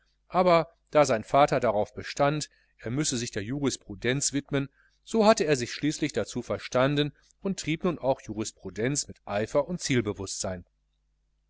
aber da sein vater darauf bestand er müsse sich der jurisprudenz widmen so hatte er sich schließlich dazu verstanden und trieb nun auch jurisprudenz mit eifer und